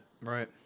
Right